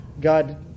God